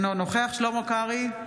אינו נוכח שלמה קרעי,